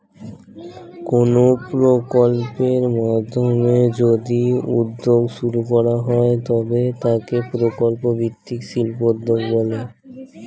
কোনো প্রকল্পের মাধ্যমে যদি উদ্যোগ শুরু করা হয় তবে তাকে প্রকল্প ভিত্তিক শিল্পোদ্যোগ বলে